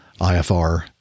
IFR